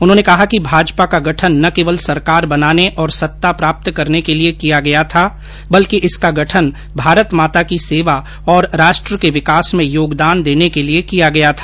उन्होंने कहा कि भाजपा का गठन न केवल सरकार बनाने और सत्ता प्राप्त करने के लिए किया गया था बल्कि इसका गठन भारत माता की सेवा और राष्ट्र के विकास में योगदान देने के लिए किया गया था